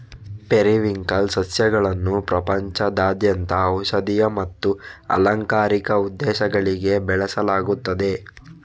periwinkle ಸಸ್ಯಗಳನ್ನು ಪ್ರಪಂಚದಾದ್ಯಂತ ಔಷಧೀಯ ಮತ್ತು ಅಲಂಕಾರಿಕ ಉದ್ದೇಶಗಳಿಗಾಗಿ ಬೆಳೆಸಲಾಗುತ್ತದೆ